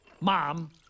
Mom